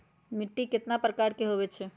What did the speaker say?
मिट्टी कतना प्रकार के होवैछे?